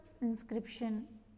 inscription